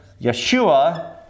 Yeshua